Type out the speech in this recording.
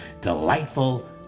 delightful